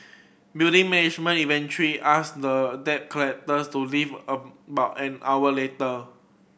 building management eventually asked the debt collectors to leave about an hour later